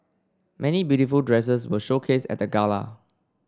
many beautiful dresses were showcased at gala